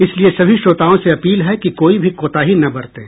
इसलिए सभी श्रोताओं से अपील है कि कोई भी कोताही न बरतें